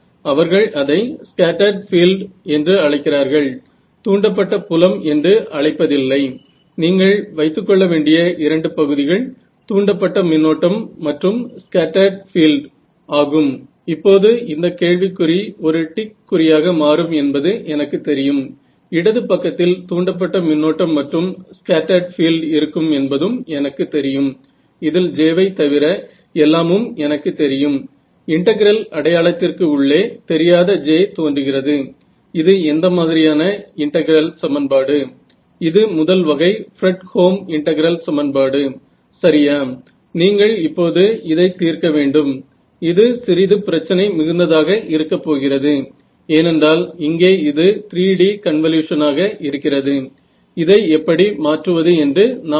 तर परमिटीव्हीटी अचूक मिळणे ही एक परिणामात्मक समस्या आहे आणि वॉल च्या माध्यमातून इमेजिंग अशा प्रकारची कामे ही गुणात्मक समस्या आहे मला अशा प्रकारची उत्तरे द्या की ती कमी किंवा जास्त प्रकारे ती समस्या सुद्धा आहे तिथे कदाचित तुम्ही रियल टाइम समाधान मिळवु शकता आणि बरेच काही